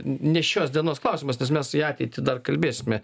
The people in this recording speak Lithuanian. n ne šios dienos klausimas nes mes į ateitį dar kalbėsime